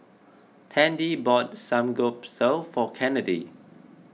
Tandy bought Samgyeopsal for Kennedy